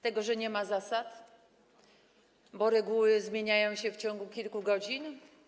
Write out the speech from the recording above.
Tego, że nie ma zasad, bo reguły zmieniają się w ciągu kilku godzin?